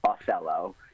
Othello